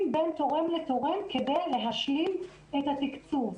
בין תורם לתורם כדי להשלים את התקצוב.